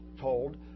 told